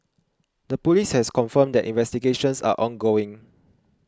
the police has confirmed that investigations are ongoing